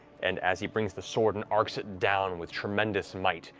and as he brings the sword and arcs it down with tremendous might,